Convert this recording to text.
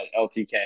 LTK